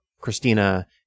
Christina